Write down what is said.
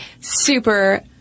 super